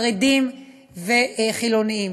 חרדים וחילונים.